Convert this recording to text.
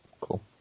cool